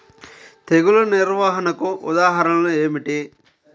తెగులు నిర్వహణకు ఉదాహరణలు ఏమిటి?